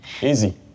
Easy